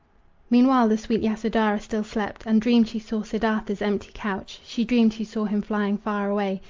meanwhile the sweet yasodhara still slept, and dreamed she saw siddartha's empty couch. she dreamed she saw him flying far away,